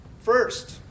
First